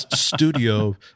studio